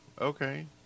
okay